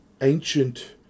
ancient